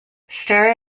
stir